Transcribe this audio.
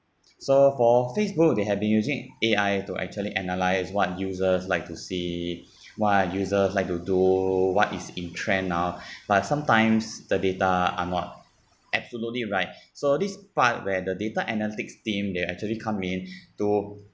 so for Facebook they had been using A_I to actually analyse what users like to see what users like to do what is in trend now but sometimes the data are not absolutely right so this part where the data analytics team they actually come in to